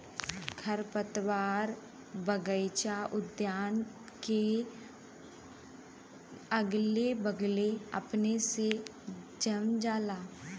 खरपतवार बगइचा उद्यान के अगले बगले अपने से जम जाला